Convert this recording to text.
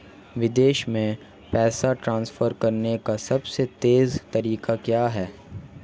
विदेश में पैसा ट्रांसफर करने का सबसे तेज़ तरीका क्या है?